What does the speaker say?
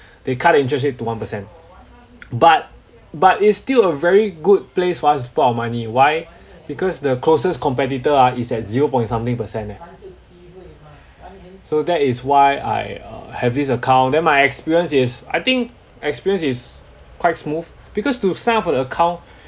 they cut the interest rate to one percent but but it's still a very good place for us to put our money why because the closest competitor ah is at zero point something percent eh so that is why I uh have this account then my experience is I think experience is quite smooth because to sign up for the account